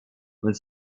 und